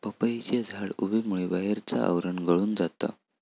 पपईचे झाड उबेमुळे बाहेरचा आवरण गळून जाता